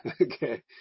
Okay